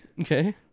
Okay